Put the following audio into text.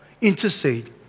intercede